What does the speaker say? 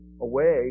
away